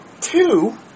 two